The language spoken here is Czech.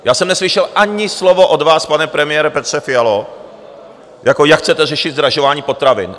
Já jsem neslyšel ani slovo od vás, pane premiére Petře Fialo, jak chcete řešit zdražování potravin.